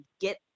get